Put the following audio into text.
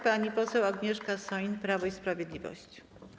Pani poseł Agnieszka Soin, Prawo i Sprawiedliwość.